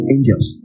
Angels